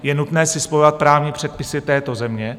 Je nutné si spojovat právní předpisy této země.